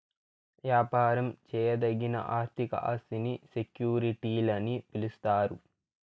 యాపారం చేయదగిన ఆర్థిక ఆస్తిని సెక్యూరిటీలని పిలిస్తారు